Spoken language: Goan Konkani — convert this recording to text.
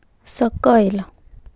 सकयल